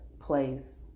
place